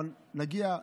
אבל נגיע,